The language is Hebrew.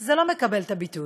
זה לא מקבל את הביטוי.